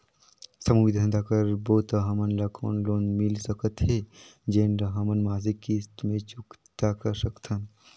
समूह मे धंधा करबो त हमन ल कौन लोन मिल सकत हे, जेन ल हमन मासिक किस्त मे चुकता कर सकथन?